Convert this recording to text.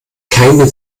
keine